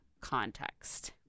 context